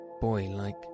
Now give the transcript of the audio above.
boy-like